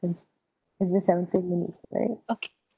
cause it's been seventeen minutes right